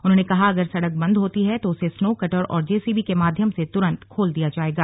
उन्होंने कहा अगर सड़क बंद होती है तो उसे स्नो कटर और जे सी बी के माध्यम से तुरंत खोल दिया जाएगा